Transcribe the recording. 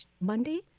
Monday